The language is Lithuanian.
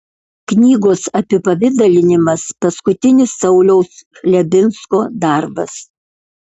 knygos apipavidalinimas paskutinis sauliaus chlebinsko darbas